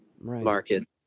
market